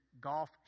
golf